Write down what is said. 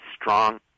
strong